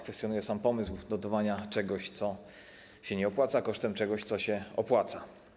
Kwestionuję sam pomysł dotowania czegoś, co się nie opłaca, kosztem czegoś, co się opłaca.